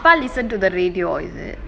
you are listen to the radio is it